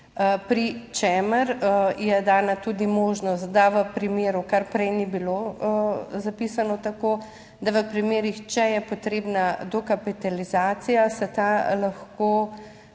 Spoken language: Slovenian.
pri čemer je dana tudi možnost, da v primeru kar prej ni bilo zapisano tako, da v primerih, če je potrebna dokapitalizacija, se ta lahko